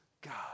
God